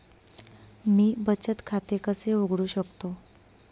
मी बचत खाते कसे उघडू शकतो?